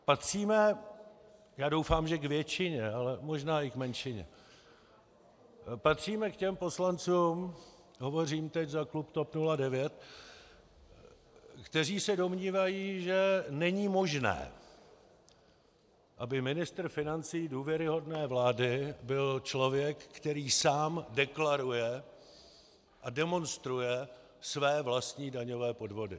Patříme, já doufám, že k většině, ale možná i k menšině, patříme k těm poslancům, hovořím teď za klub TOP 09, kteří se domnívají, že není možné, aby ministr financí důvěryhodné vlády byl člověk, který sám deklaruje a demonstruje své vlastní daňové podvody.